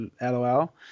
LOL